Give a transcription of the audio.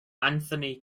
anthony